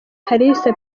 kalisa